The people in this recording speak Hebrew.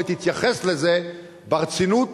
ותתייחס לזה ברצינות,